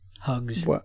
hugs